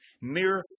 Mere